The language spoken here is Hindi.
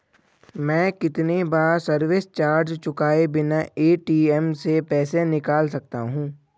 मैं कितनी बार सर्विस चार्ज चुकाए बिना ए.टी.एम से पैसे निकाल सकता हूं?